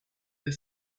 her